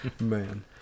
man